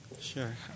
Sure